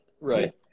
Right